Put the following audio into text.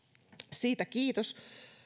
siitä kiitos